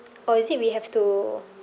or is it we have to